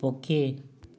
ପକ୍ଷୀ